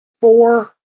Four